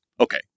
Okay